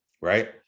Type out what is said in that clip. right